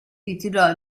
ritirò